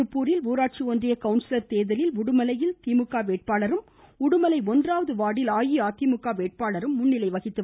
திருப்பூரில் ஊராட்சி ஒன்றிய கவுன்சிலர் தேர்தலில் உடுமலையில் திமுக வேட்பாளரும் உடுமலை ஒன்றாவது வாா்டில் அஇஅதிமுக வேட்பாளரும் முன்னிலையில் உள்ளன்